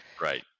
Right